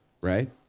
right